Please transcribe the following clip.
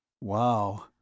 Wow